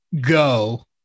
go